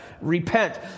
Repent